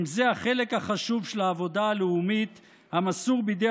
אם זה החלק החשוב של העבודה הלאומית המסור בידי